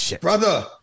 brother